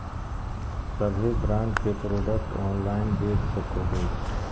सभे ब्रांड के product online बेच सको हइ